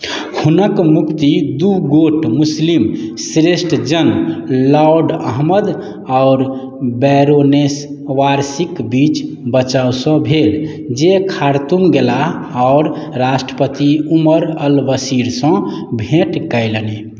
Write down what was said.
हुनक मुक्ति दू गोट मुस्लिम श्रेष्ठ जन लॉर्ड अहमद आओर बैरोनेस वारसीक बीच बचावसँ भेल जे खार्तूम गेलाह आओर राष्ट्रपति उमर अल बशीरसँ भेँट कयलनि